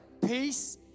peace